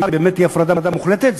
אם באמת תהיה הפרדה מוחלטת,